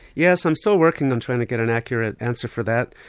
yes, i'm still working on trying to get an accurate answer for that.